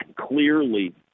clearly